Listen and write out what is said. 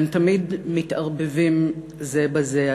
והם תמיד מתערבבים זה בזה,